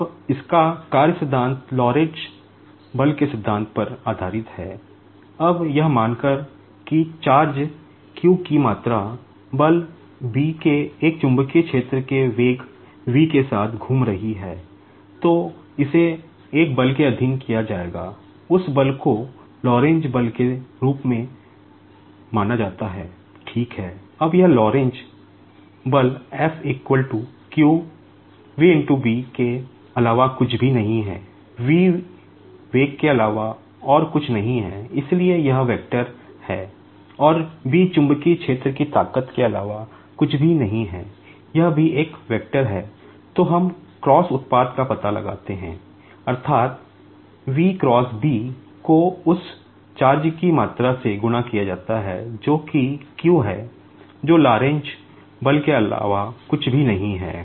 अब इसका कार्य सिद्धांत लोरेंट्ज़ बल के अलावा कुछ भी नहीं है V वेग के अलावा और कुछ नहीं है इसलिए यह वेक्टर है और बी चुंबकीय क्षेत्र की ताकत के अलावा कुछ भी नहीं है यह भी एक वेक्टर बल के अलावा कुछ भी नहीं है